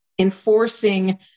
enforcing